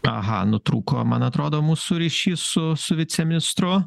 aha nutrūko man atrodo mūsų ryšys su su viceministru